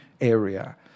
area